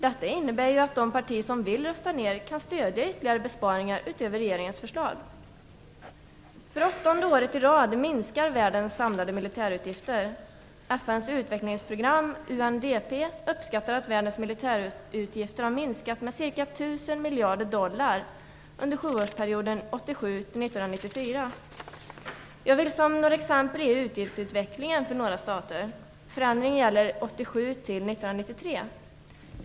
Detta innebär ju att de partier som vill rusta ned kan stödja ytterligare besparingar utöver regeringens förslag. För åttonde året i rad minskar världens samlade militärutgifter. FN:s utvecklingsprogram, UNDP, uppskattar att världens militärutgifter har minskat med ca 1 000 miljarder dollar under sjuårsperioden 1987-1994.